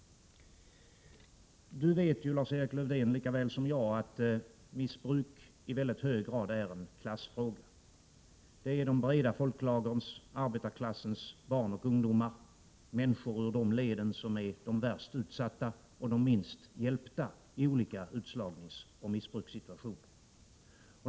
Lars-Erik Lövdén vet ju lika väl som jag att missbruk i mycket hög grad är en klassfråga. Det är människor ur de breda folklagren, arbetarklassens barn och ungdomar, som är de värst utsatta och de minst hjälpta i olika utslagningsoch missbrukssituationer.